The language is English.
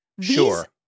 sure